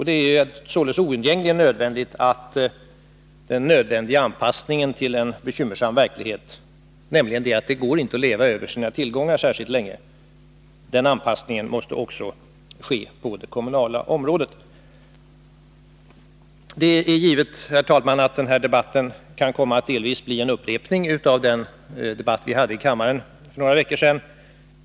Det är således oundgängligen nödvändigt att den behövliga anpassningen till en bekymmersam verklighet — att det inte går att leva över sina tillgångar särskilt länge — sker också på det kommunala området. Det är givet, herr talman, att den här debatten kan komma att delvis bli en upprepning av den debatt vi hade i kammaren för några veckor sedan.